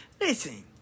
Listen